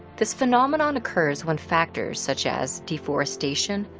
this phenomenon occurs when factors such as deforestation,